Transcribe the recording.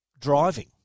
driving